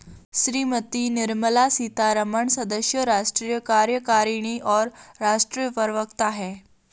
श्रीमती निर्मला सीतारमण सदस्य, राष्ट्रीय कार्यकारिणी और राष्ट्रीय प्रवक्ता हैं